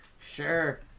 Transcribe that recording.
Sure